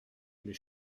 les